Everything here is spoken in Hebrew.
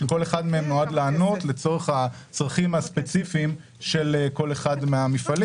שכל אחד מהם נועד לענות לצרכים הספציפיים של כל אחד מהמפעלים.